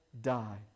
die